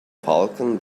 falcon